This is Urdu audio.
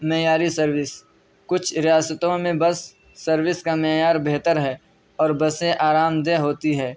معیاری سروس کچھ ریاستوں میں بس سروس کا معیار بہتر ہے اور بسیں آرامدہ ہوتی ہے